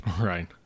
Right